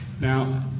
Now